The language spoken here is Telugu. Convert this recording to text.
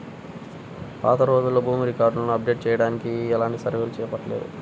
పాతరోజుల్లో భూమి రికార్డులను అప్డేట్ చెయ్యడానికి ఎలాంటి సర్వేలు చేపట్టలేదు